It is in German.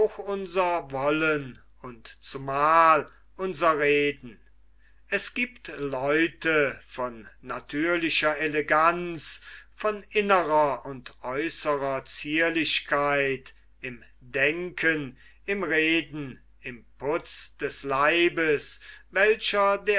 unser wollen und zumal unser reden es giebt leute von natürlicher eleganz von innerer und äußerer zierlichkeit im denken im reden im putz des leibes welcher